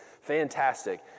Fantastic